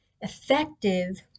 effective